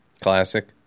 Classic